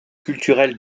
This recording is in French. culturelle